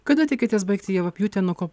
kada tikitės baigti javapjūtę nuo ko